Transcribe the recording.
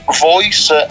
voice